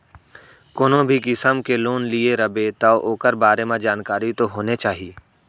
कोनो भी किसम के लोन लिये रबे तौ ओकर बारे म जानकारी तो होने चाही